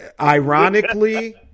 Ironically